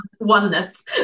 oneness